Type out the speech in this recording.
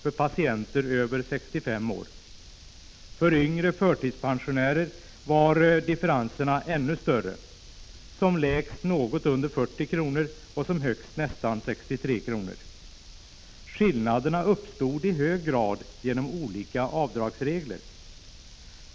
för patienter över 65 år. För yngre förtidspensionärer var differenserna ännu större, som lägst var avgiften något under 40 kr. och som högst nästan 63 kr. Skillnaderna uppstod i hög grad genom olika avdragsregler.